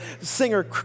singer